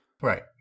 Right